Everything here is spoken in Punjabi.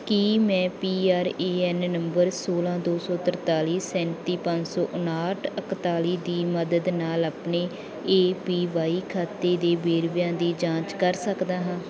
ਕੀ ਮੈਂ ਪੀ ਆਰ ਏ ਐੱਨ ਨੰਬਰ ਸੌਲ੍ਹਾਂ ਦੋ ਸੌ ਤਰਤਾਲੀ ਸੈਂਤੀ ਪੰਜ ਸੌ ਉਨਾਹਠ ਇਕਤਾਲੀ ਦੀ ਮੱਦਦ ਨਾਲ ਆਪਣੇ ਏ ਪੀ ਵਾਈ ਖਾਤੇ ਦੇ ਵੇਰਵਿਆਂ ਦੀ ਜਾਂਚ ਕਰ ਸਕਦਾ ਹਾਂ